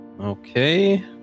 Okay